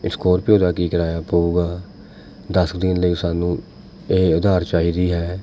Scorpio ਦਾ ਕੀ ਕਿਰਾਇਆ ਪਵੇਗਾ ਦਸ ਕੁ ਦਿਨ ਲਈ ਸਾਨੂੰ ਇਹ ਉਧਾਰ ਚਾਹੀਦੀ ਹੈ